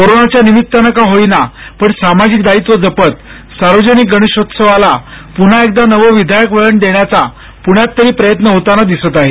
कोरोनाच्या निमित्तानं का होईना पण सामाजिक दायित्व जपत सार्वजनिक गणेशोत्सवाला पून्हा एकदा नवं विधायक वळण देण्याचा पुण्यात तरी प्रयत्न होताना दिसतो आहे